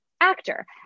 actor